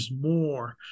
more